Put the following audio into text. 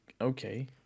Okay